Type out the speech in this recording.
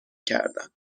کردن